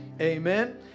Amen